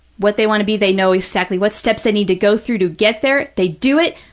what they want to be. they know exactly what steps they need to go through to get there, they do it,